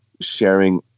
sharing